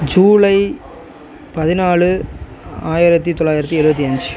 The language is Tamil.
ஜூலை பதினாலு ஆயிரத்து தொள்ளாயிரத்து எழுவத்தி அஞ்சு